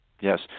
Yes